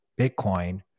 Bitcoin